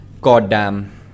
Goddamn